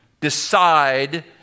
decide